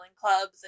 clubs